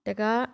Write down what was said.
तेका